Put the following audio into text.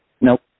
Nope